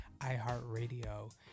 iHeartRadio